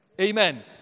Amen